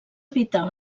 evitar